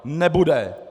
Nebude.